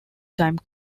time